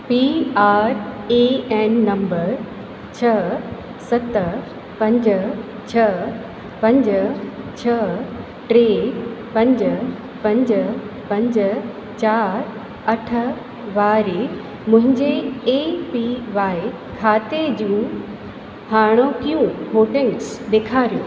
P R A N number छह सत पंज छह पंज छह टे पंज पंज पंज चार अठ वारे मुंहिंजे ए पी वाए खाते जूं हाणोकियूं रीडिंग्स ॾेखारियो